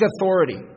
authority